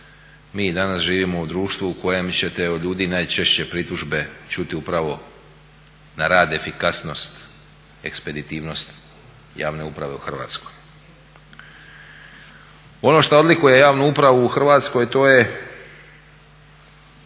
i danas živimo u društvu u kojem ćete od ljudi najčešće pritužbe upravo na rad i efikasnost ekspeditivnost javne uprave u Hrvatskoj. Ono što odlikuje javnu upravu u Hrvatskoj to su